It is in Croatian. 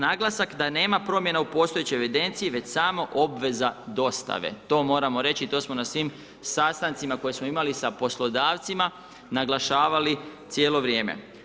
Naglasak da nema promjena u postojećoj evidenciji već samo obveza dostave to moramo reći to smo na svim sastancima koje smo imali sa poslodavcima naglašavali cijelo vrijeme.